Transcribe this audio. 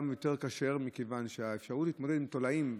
מכיוון שהאפשרות להתמודד עם תולעים,